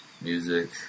music